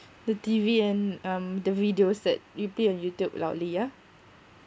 the T_V and um the videos that you play on youtube loudly yeah